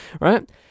right